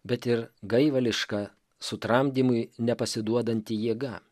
bet ir gaivališka sutramdymui nepasiduodanti jėga